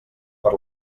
per